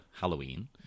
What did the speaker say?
Halloween